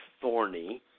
thorny